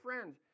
friends